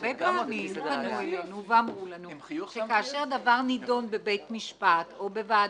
הרבה פעמים פנו אלינו ואמרו לנו שכאשר דבר נידון בבית משפט או בוועדה,